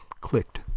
clicked